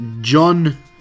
John